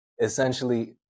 Essentially